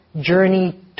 journey